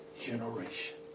generation